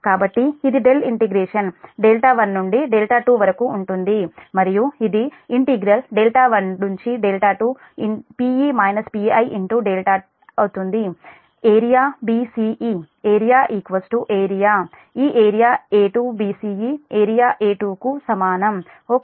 కాబట్టి ఇది del integration δ1 నుండి δ2 వరకు ఉంటుంది మరియు ఇది12 d అవుతుంది ఏరియా bce ఏరియా ఏరియా ఈ area A2 bce area A2 కు సమానం ఓకే